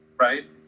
right